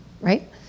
right